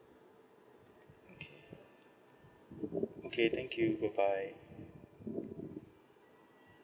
okay okay thank you bye bye